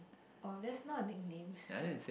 oh that's not a nickname